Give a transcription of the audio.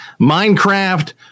Minecraft